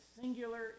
singular